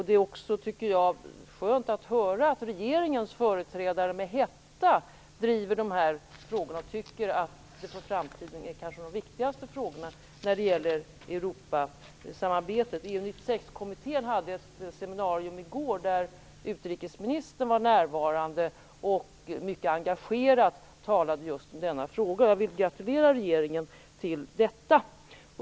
Det är också skönt att höra att regeringens företrädare med hetta driver dessa frågor och tycker att det för framtiden kanske är de viktigaste frågorna när det gäller Europasamarbetet. EU 96-kommittén hade ett seminarium i går, där utrikesministern var närvarande och mycket engagerat talade just om denna fråga. Jag vill gratulera regeringen till detta.